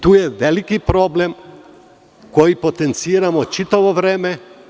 Tu je veliki problem koji potenciramo čitavo vreme.